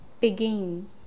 Begin